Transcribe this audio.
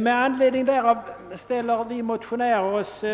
Med anledning därav ställer vi oss